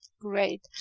Great